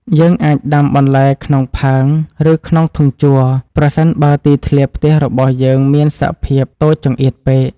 យើងអាចដាំបន្លែក្នុងផើង ឬក្នុងធុងជ័រ ប្រសិនបើទីធ្លាផ្ទះរបស់យើងមានសភាពតូចចង្អៀតពេក។